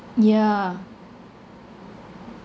yeah